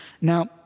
Now